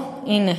בזמן.